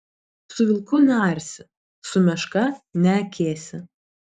su vilku nearsi su meška neakėsi